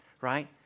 right